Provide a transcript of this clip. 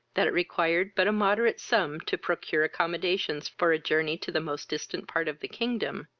that it required but a moderate sum to procure accommodations for a journey to the most distant part of the kingdom,